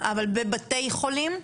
חולים?